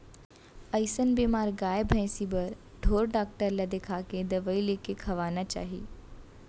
अइसन बेमार गाय भइंसी बर ढोर डॉक्टर ल देखाके दवई लेके खवाना चाही